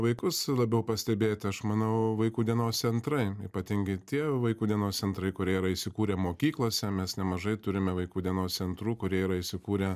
vaikus labiau pastebėti aš manau vaikų dienos centrai ypatingai tie vaikų dienos centrai kurie yra įsikūrę mokyklose mes nemažai turime vaikų dienos centrų kurie yra įsikūrę